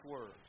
word